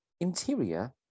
Interior